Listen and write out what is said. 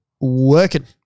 working